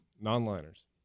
non-liners